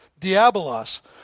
diabolos